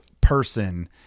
person